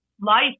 life